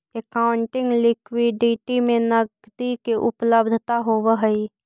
accounting liquidity में नकदी के उपलब्धता होवऽ हई